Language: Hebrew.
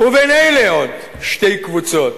ובין אלה עוד שתי קבוצות: